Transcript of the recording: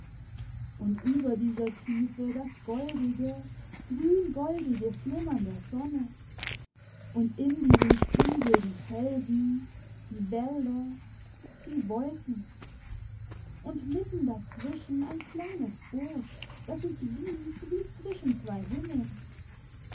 und über dieser tiefe das goldige grüngoldige flimmern der sonne und in diesem spiegel die felsen die wälder die wolken und mitten dazwischen ein kleines boot das sich wiegt wie zwischen zwei himmeln